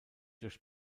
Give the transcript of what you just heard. durch